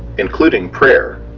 including prayer.